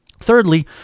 Thirdly